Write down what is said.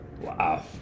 Wow